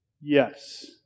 Yes